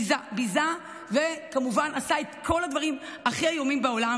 שביזה, וכמובן עשה את כל הדברים הכי איומים בעולם,